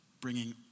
bringing